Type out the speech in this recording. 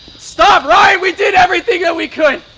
stop! ryan, we did everything that we could!